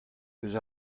eus